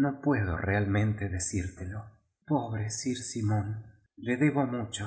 no puedo rea i menté decírtelo pobre sir si mún l f debo muflió